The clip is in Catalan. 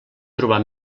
trobar